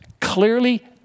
clearly